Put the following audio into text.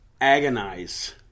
agonize